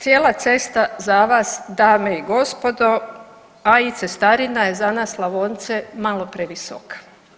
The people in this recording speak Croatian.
Cijela cesta za vas, dame i gospodo, a i cestarina je za nas Slavonce malo previsoka.